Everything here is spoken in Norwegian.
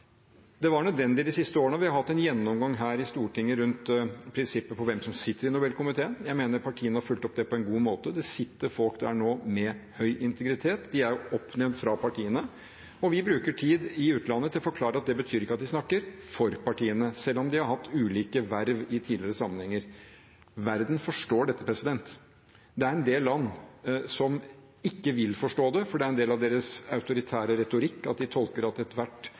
Vi har hatt en gjennomgang her i Stortinget rundt prinsippet for hvem som sitter i Nobelkomiteen – det har vært nødvendig de siste årene – og jeg mener partiene har fulgt opp det på en god måte. Det sitter folk der nå med høy integritet, de er oppnevnt fra partiene, og vi bruker tid i utlandet på å forklare at det betyr ikke at de snakker for partiene, selv om de har hatt ulike verv i tidligere sammenhenger. Verden forstår dette. Det er en del land som ikke vil forstå det, for det er en del av deres autoritære retorikk at de tolker at